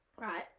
right